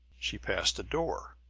she passed a door,